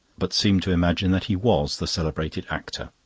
but seemed to imagine that he was the celebrated actor.